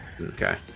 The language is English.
Okay